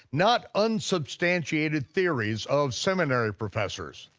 not unsubstantiated theories of seminary professors.